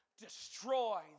destroy